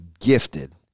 gifted